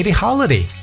holiday